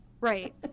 right